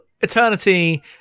eternity